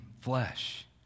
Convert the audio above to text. flesh